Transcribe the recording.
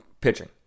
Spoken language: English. pitching